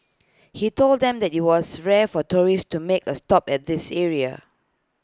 he told them that IT was rare for tourists to make A stop at this area